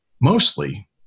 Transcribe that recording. mostly